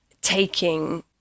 taking